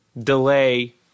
delay